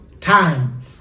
time